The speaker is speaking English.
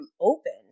opened